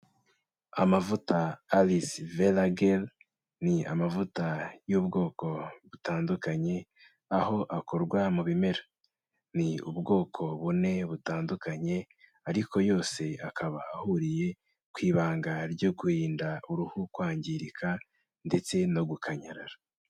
Amavuta Alice vela gel, ni amavuta y'ubwoko butandukanye aho akorwa mu bimera, ni ubwoko bune butandukanye ariko yose akaba ahuriye kw'ibanga ryo kurinda uruhu kwangirika ndetse no gukanyarara.